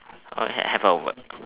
I hav~ have what